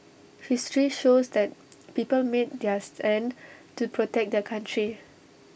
history shows that people made their stand to protect their country